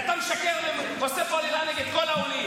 ואתה משקר ועושה פה עלילה נגד כל העולים.